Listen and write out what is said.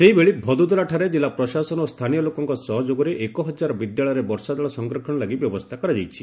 ସେହିଭଳି ଭଦୋଦରାଠାରେ ଜିଲ୍ଲା ପ୍ରଶାସନ ଓ ସ୍ଥାନୀୟ ଲୋକଙ୍କ ସହଯୋଗରେ ଏକହଜାର ବିଦ୍ୟାଳୟରେ ବର୍ଷାଜଳ ସଂରକ୍ଷଣ ଲାଗି ବ୍ୟବସ୍ଥା କରାଯାଇଛି